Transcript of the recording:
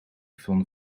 van